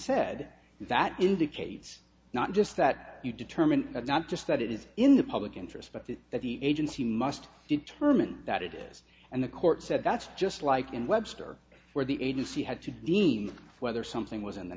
said that indicates not just that you determine not just that it is in the public interest but that that the agency must determine that it is and the court said that's just like in webster where the agency had to deem whether something was in the